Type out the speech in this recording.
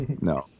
No